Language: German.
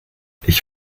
ich